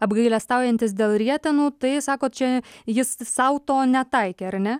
apgailestaujantis dėl rietenų tai sakot čia jis sau to netaikė ar ne